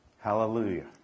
Hallelujah